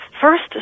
first